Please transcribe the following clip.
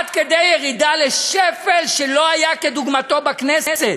עד כדי ירידה לשפל שלא היה כדוגמתו בכנסת,